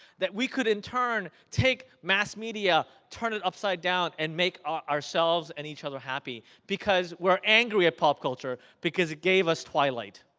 that we could, in turn take mass media turn it upside-down and make ourselves and each other happy because we're angry at pop culture it gave us twillight.